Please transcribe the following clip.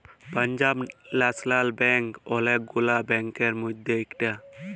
Punjab national bank ওলেক গুলা সব ব্যাংকের মধ্যে ইকটা